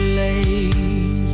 late